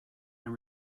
and